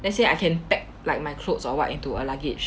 let's say I can pack like my clothes or what into a luggage